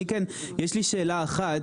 אני רק יש לי שאלה אחת.